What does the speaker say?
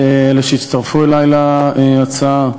אלה שהצטרפו אלי להצעה,